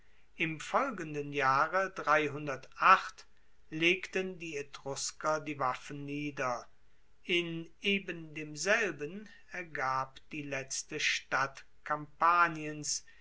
im folgenden jahre legten die etrusker die waffen nieder in ebendemselben ergab die letzte stadt kampaniens